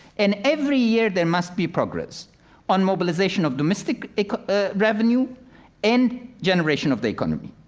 and every year there must be progress on mobilization of domestic revenue and generation of the economy.